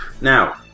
Now